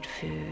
food